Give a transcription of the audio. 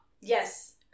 Yes